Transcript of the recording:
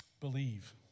believe